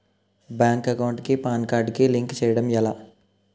Bank account కి PAN card link చేయడం ఎలా?